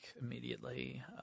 immediately